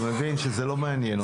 אתה מבין שזה לא מעניין אותם.